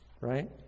Right